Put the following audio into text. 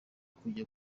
kujya